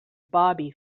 bobby